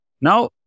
Now